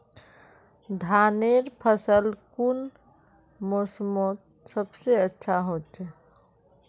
धानेर फसल कुन मोसमोत सबसे अच्छा होचे?